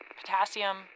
Potassium